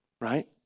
right